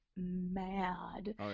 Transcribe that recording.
Mad